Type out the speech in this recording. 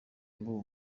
bob